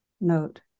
note